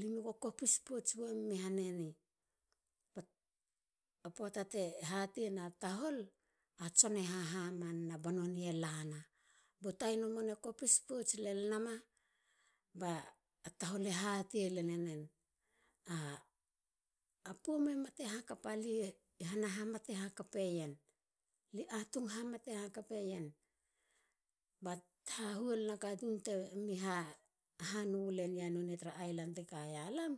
lime go kopis pouts wemi han eni. a poata te hatei na tahol. a tson e hahamana ba nonei lana bo tainu lan e kopis len nama. a tahol e hatei lel enen a poum e mate hakapa. lie hana ha mate hakapeien. lie atung hamate hakapeien. ba hahuolina katun temi ha nu len tra island ti kaia lam